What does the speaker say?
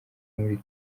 muri